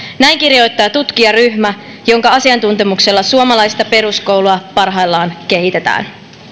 näin kirjoittaa tutkijaryhmä jonka asiantuntemuksella suomalaista peruskoulua parhaillaan kehitetään